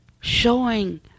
showing